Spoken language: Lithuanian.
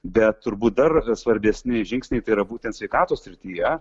bet turbūt dar svarbesni žingsniai tai yra būtent sveikatos srityje